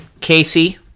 Casey